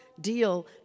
deal